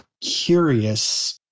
curious